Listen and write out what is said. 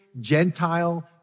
Gentile